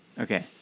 Okay